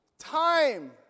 Time